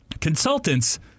consultants